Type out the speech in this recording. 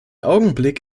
augenblick